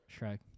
Shrek